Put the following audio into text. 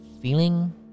feeling